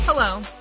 Hello